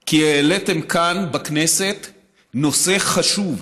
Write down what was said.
כי העליתם כאן בכנסת נושא חשוב.